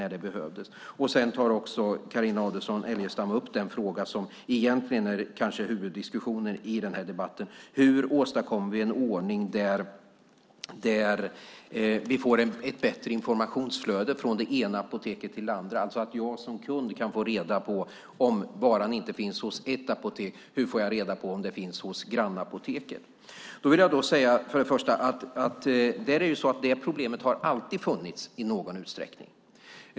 Carina Adolfsson Elgestam tar också upp den fråga som kanske är den egentliga huvudfrågan i den här debatten, nämligen hur vi ska åstadkomma en ordning med ett bättre informationsflöde från det ena apoteket till det andra. Det handlar alltså om att kunden ska kunna få reda på om ett läkemedel som inte finns på ett apotek finns på grannapoteket. Det problemet har alltid funnits i någon utsträckning.